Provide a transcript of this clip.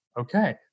okay